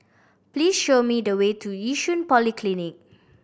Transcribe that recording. please show me the way to Yishun Polyclinic